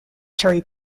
terry